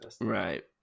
Right